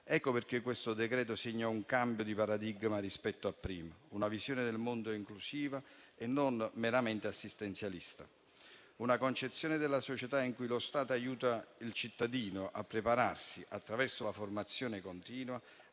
Ecco perché questo decreto segna un cambio di paradigma rispetto a prima: una visione del mondo inclusiva e non meramente assistenzialista, una concezione della società in cui lo Stato aiuta il cittadino a prepararsi, attraverso la formazione continua,